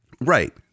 Right